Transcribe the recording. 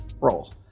roll